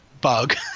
bug